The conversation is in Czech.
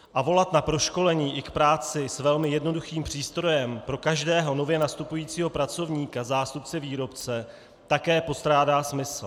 A volat na proškolení i k práci s velmi jednoduchým přístrojem pro každého nově nastupujícího pracovníka zástupce výrobce také postrádá smysl.